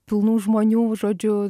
pilnų žmonių žodžiu